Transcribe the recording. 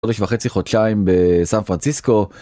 חודש וחצי-חודשיים בסן פרנסיסקו.